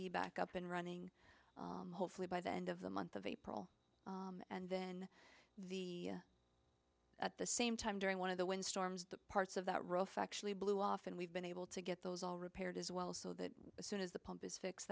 be back up and running hopefully by the end of the month of april and then the at the same time during one of the wind storms the parts of that rough actually blew off and we've been able to get those all repaired as well so that as soon as the pump is fix